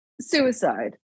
suicide